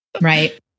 Right